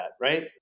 right